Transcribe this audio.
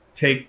take